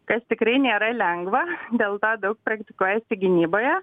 kas tikrai nėra lengva dėl to daug praktikuojasi gynyboje